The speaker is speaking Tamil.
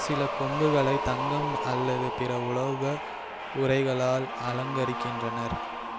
சில கொம்புகளை தங்கம் அல்லது பிற உலோக உறைகளால் அலங்கரிக்கின்றனர்